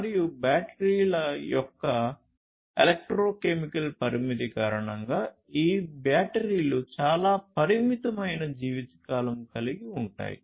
మరియు బ్యాటరీల యొక్క ఎలెక్ట్రోకెమికల్ పరిమితి కారణంగా ఈ బ్యాటరీలు చాలా పరిమితమైన జీవితకాలం కలిగి ఉంటాయి